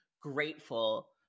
grateful